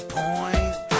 point